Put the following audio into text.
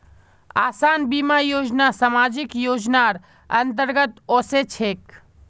आसान बीमा योजना सामाजिक योजनार अंतर्गत ओसे छेक